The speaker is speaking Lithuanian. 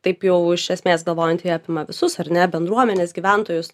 taip jau iš esmės galvojant ji apima visus ar ne bendruomenes gyventojus